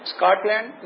Scotland